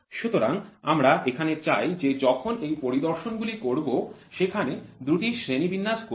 সুতরাং আমরা এখানে চাই যে যখন এই পরিদর্শন গুলি করব সেখানে দুটি শ্রেণীবিন্যাস করব